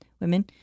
women